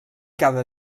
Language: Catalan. cada